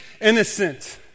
innocent